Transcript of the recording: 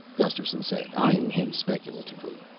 gusterson said, eyeing him speculatively.